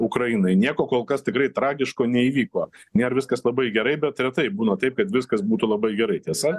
ukrainai nieko kol kas tikrai tragiško neįvyko nėr viskas labai gerai bet retai būna taip kad viskas būtų labai gerai tiesa